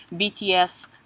BTS